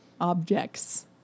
objects